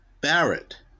Barrett